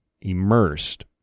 immersed